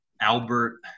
Albert